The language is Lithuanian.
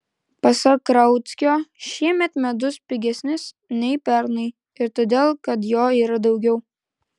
pasak rauckio šiemet medus pigesnis nei pernai ir todėl kad jo yra daugiau